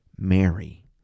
Mary